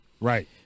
Right